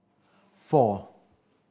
four